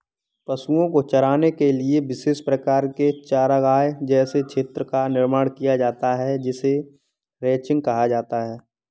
पशुओं को चराने के लिए विशेष प्रकार के चारागाह जैसे क्षेत्र का निर्माण किया जाता है जिसे रैंचिंग कहा जाता है